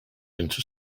into